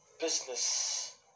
business